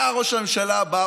היה ראש הממשלה בא,